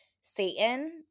Satan